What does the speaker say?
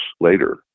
later